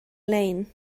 lein